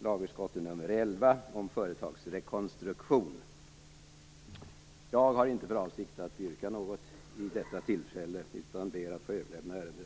lagutskottets betänkande Jag har inte för avsikt att yrka något vid detta tillfälle utan ber att få överlämna ärendet.